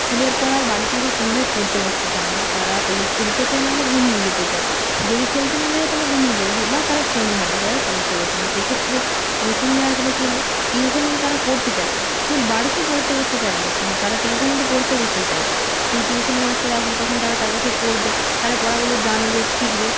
স্কুলের পর আর বাড়িতে এসে সন্ধ্যায় পড়তে বসতে চায় না তারা হলে খেলতে চায় নাহলে ঘুমিয়ে যেতে চায় যদি খেলতে না দেবে তাহলে ঘুমিয়ে যাবে কি বা তারা ফোন ঘাঁটবে তারা পড়তে বসবে না সেই ক্ষেত্রে টিউশন যাওয়ার ফলে কী হয় টিউশনিতে তারা পড়তে চায় স্কুল বাড়িতে পড়তে বসতে চায় না কিন্তু তারা টিউশানিতে পড়তে বসতে চায় সেই টিউশানি মাস্টাররা আসলে তখন তারা তার কাছে পড়বে তারা পড়াগুলো জানবে শিখবে